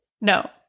No